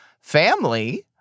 family